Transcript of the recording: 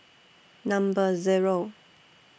Number Zero